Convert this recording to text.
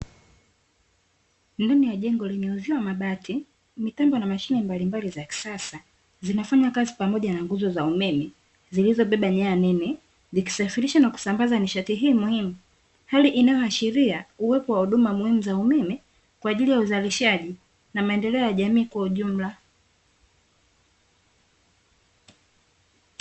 Ndani ya jengo lenye uzio wa mabati, mitambo na mashine mbalimbali za kisasa, zinafanya kazi pamoja na nguzo za umeme, zilziobeba nyanya za nene, zikisafirisha na kusambasa nishati hiyo muhimu. Hali inayoashiria uwepo wa huduma za umeme kwa ajili ya uzalishaji na maendeleo ya jamii kwa ujumla.